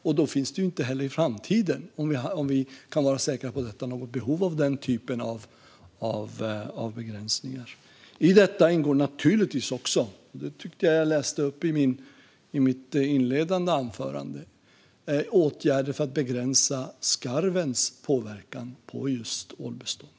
Om vi kan vara säkra på detta finns det inte heller i framtiden något behov av den typen av begränsningar. I detta ingår naturligtvis också, vilket jag tyckte att jag sa i mitt inledande anförande, åtgärder för att begränsa skarvens påverkan på just ålbeståndet.